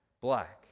black